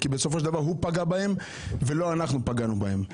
כי בסופו של דבר הוא פגע בהם ולא אנחנו פגענו בהם.